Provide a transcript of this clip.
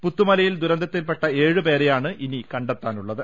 പുത്തുമലയിൽ ദുരന്തത്തിൽപ്പെട്ട ഏഴുപേരെ യാണ് ഇനി കണ്ടെത്താനുള്ളത്